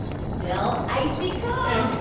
still icy cold.